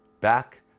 back